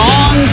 on